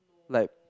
like